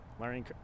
learning